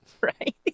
Right